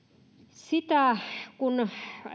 sitä että